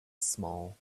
small